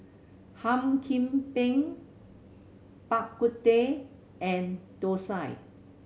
Hum Chim Peng Bak Kut Teh and thosai